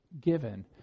given